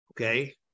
Okay